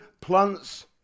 plants